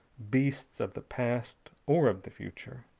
beasts of the past or of the future.